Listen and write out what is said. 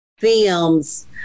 films